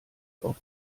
auf